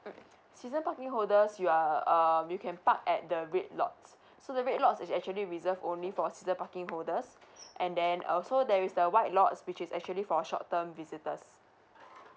mm season parking holders you are um you can park at the red lots so the red lots is actually reserve only for season parking holders and then um so there is the white lots which is actually for short term visitors